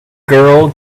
girl